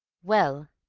well,